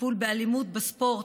לטיפול באלימות בספורט.